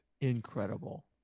Incredible